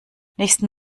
nächsten